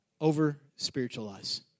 over-spiritualize